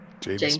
James